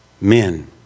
men